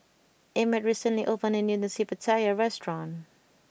Emett recently opened a new Nasi Pattaya restaurant